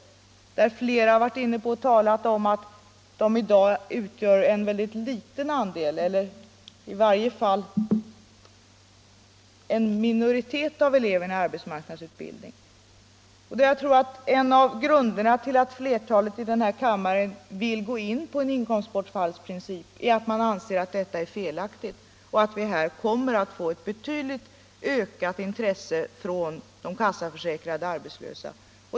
Flera talare har varit inne på att dessa nu utgör en mycket liten andel eller i varje fall en minoritet av eleverna i arbetsmarknadsutbildningen. Jag tror att en av grunderna till att flertalet i den här kammaren vill förorda en inkomstbortfallsprincip är att man anser att det med en sådan princip kommer att bli ett betydligt ökat 175 intresse från de kassaförsäkrade arbetslösa.